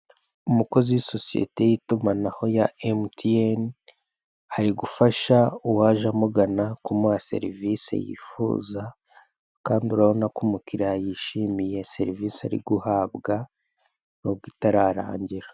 Umukozi w'isosiyete y'itumanaho ya emutiyeni ari gufasha uwaje amugana kumuha serivise yifuza kandi urabona ko umukiriya yishimiye serivise ari guhabwa n'ubwo itararangira.